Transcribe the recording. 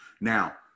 now